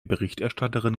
berichterstatterin